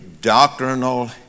doctrinal